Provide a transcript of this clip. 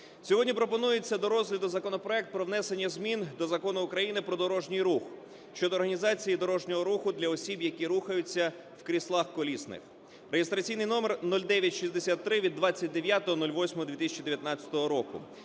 Сьогодні пропонується до розгляду законопроект про внесення змін до Закону України "Про дорожній рух" щодо організації дорожнього руху для осіб, які рухаються в кріслах колісних (реєстраційний номер 0963 від 29.08.2019 року),